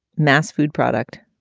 mass food product.